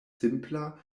simpla